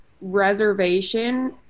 reservation